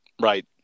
right